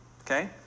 okay